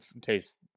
taste